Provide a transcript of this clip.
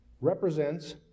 represents